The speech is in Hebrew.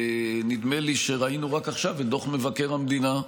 נדמה לי שראינו רק עכשיו את דוח מבקר המדינה,